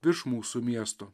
virš mūsų miesto